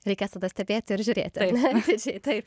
reikės tada stebėti ir žiūri ne visi taip